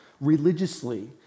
religiously